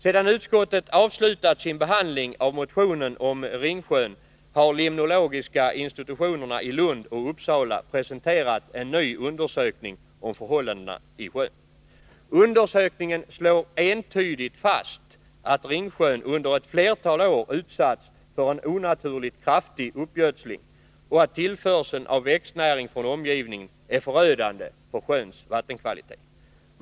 Sedan utskottet avslutat sin behandling av motionen om Ringsjön har limnologiska institutionerna i Lund och Uppsala presenterat en ny undersökning om förhållandena i sjön. Undersökningen slår entydigt fast att Ringsjön under ett flertal år utsatts för en onaturligt kraftig uppgödsling och att tillförseln av växtnäring från omgivningen är förödande för sjöns vattenkvalitet.